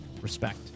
respect